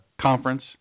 conference